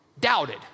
doubted